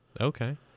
Okay